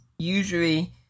Usually